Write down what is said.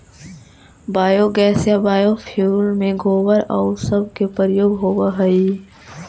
biogas या biofuel में गोबर आउ सब के प्रयोग होवऽ हई